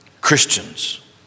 Christians